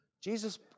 Jesus